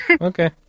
okay